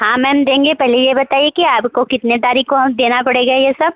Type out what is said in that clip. हाँ मैम देंगे पहले ये बताइए कि आपको कितने तारीख को देना पड़ेगा ये सब